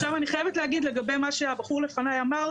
עכשיו אני חייבת להגיד לגבי מה שהבחור לפניי אמר,